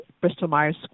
Bristol-Myers